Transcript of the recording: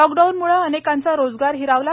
लॉकडाऊनमुळे अनेकांचा रोजगार हिरावला